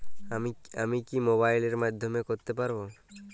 আমি কি মোবাইলের মাধ্যমে করতে পারব?